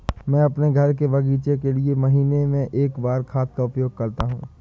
मैं अपने घर के बगीचे के लिए महीने में एक बार खाद का उपयोग करता हूँ